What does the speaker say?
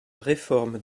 réforme